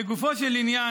לגופו של עניין,